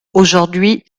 aujourd’hui